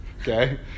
okay